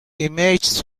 images